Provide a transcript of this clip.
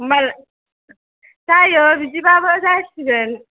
होनबा जायो बिदिबाबो जासिगोन